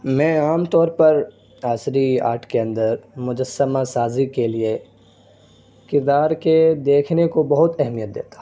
میں عام طور پر عصری آرٹ کے اندر مجسمہ سازی کے لیے کردار کے دیکھنے کو بہت اہمیت دیتا ہوں